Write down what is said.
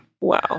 Wow